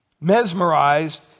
mesmerized